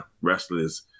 wrestlers